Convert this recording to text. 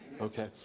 Okay